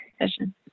vision